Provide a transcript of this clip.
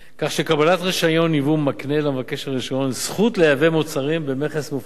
כך שקבלת רשיון ייבוא מקנה למבקש הרשיון זכות לייבא מוצרים במכס מופחת.